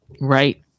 right